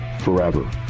forever